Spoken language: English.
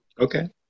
Okay